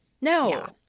No